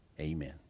Amen